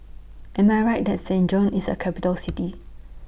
Am I Right that Saint John's IS A Capital City